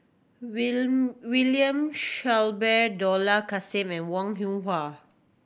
William Shellabear Dollah Kassim and Wong Hoon Wah